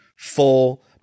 Full